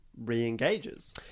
re-engages